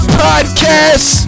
podcast